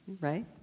Right